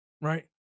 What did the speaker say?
right